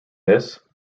this